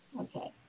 Okay